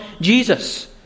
Jesus